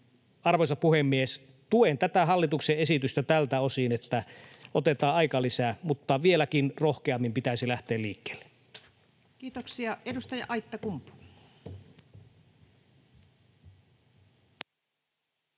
Arvoisa puhemies! Tuen tätä hallituksen esitystä tältä osin, että otetaan aikalisä, mutta vieläkin rohkeammin pitäisi lähteä liikkeelle. [Speech 117] Speaker: